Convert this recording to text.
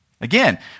Again